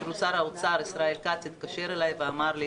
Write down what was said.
אפילו שר האוצר ישראל כץ התקשר אלי ואמר לי